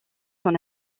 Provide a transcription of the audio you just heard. son